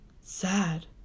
Sad